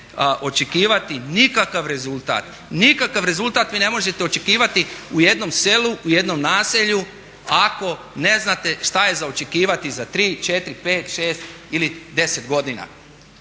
očekivati nikakav rezultat. Nikakav rezultat vi ne možete očekivati u jednom selu u jednom naselju ako ne znate šta je za očekivati za 3, 4, 5, 6 ili 10 godina.